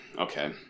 Okay